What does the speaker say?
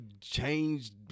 changed –